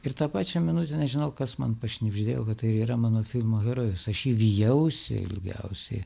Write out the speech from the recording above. ir tą pačią minutę nežinau kas man pašnibždėjo kad tai ir yra mano filmo herojus aš jį vijausi ilgiausiai